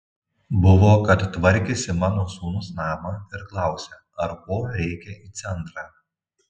buvo kad tvarkėsi mano sūnus namą ir klausia ar ko reikia į centrą